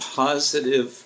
positive